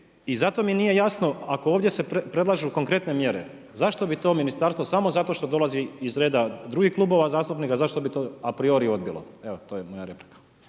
i zato mi nije jasno ako ovdje se predlažu konkretne mjere, zašto bi to ministarstvo, samo zato što dolazi iz reda drugih klubova zastupnika zašto bi to apriori odbilo? Evo to je moja replika.